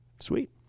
Sweet